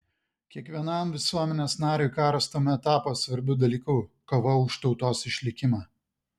kiekvienam visuomenės nariui karas tuomet tapo svarbiu dalyku kova už tautos išlikimą